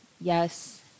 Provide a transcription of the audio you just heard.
yes